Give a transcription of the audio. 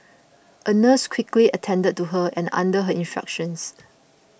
a nurse quickly attended to her and under her instructions